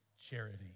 charity